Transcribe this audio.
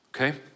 Okay